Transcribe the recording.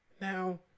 Now